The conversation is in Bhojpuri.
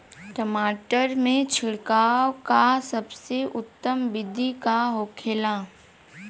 टमाटर में छिड़काव का सबसे उत्तम बिदी का होखेला?